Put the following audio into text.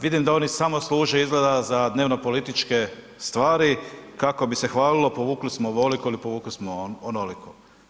Vidim da oni samo služe izgleda za dnevno-političke stvari kako bi se hvalilo, povukli smo ovoliko ili povukli smo onoliko.